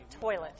toilet